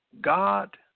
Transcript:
God